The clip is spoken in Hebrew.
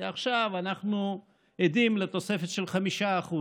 ועכשיו אנחנו עדים לתוספת של 5%,